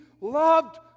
loved